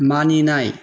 मानिनाय